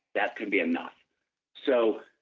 that can be enough so,